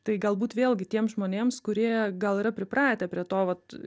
tai galbūt vėlgi tiems žmonėms kurie gal yra pripratę prie to vat